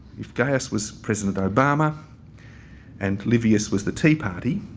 if gaius was president obama and livius was the tea party